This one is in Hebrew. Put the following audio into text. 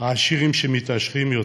העשירים שמתעשרים יותר.